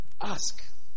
Ask